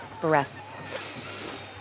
breath